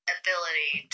ability